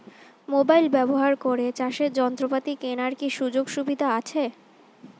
Mobile ব্যবহার করে চাষের যন্ত্রপাতি কেনার কি সুযোগ সুবিধা আছে?